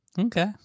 Okay